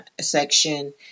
section